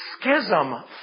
schism